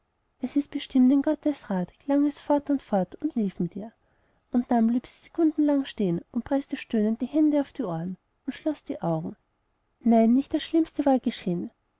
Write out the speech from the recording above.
es ist bestimmt in gottes rat klang es fort und fort und lief mit ihr und dann blieb sie sekundenlang stehen und preßte stöhnend die hände auf die ohren und schloß die augen nein nicht das schlimmste war geschehen